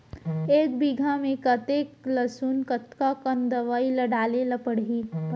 एक बीघा में कतेक लहसुन कतका कन दवई ल डाले ल पड़थे?